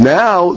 now